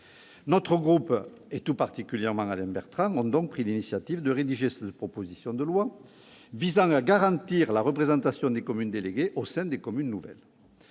notre groupe, en particulier Alain Bertrand, ont donc pris l'initiative de rédiger la proposition de loi visant à garantir la représentation des communes déléguées au sein des communes nouvelles.